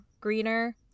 greener